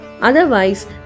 Otherwise